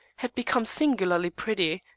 had become singularly pretty.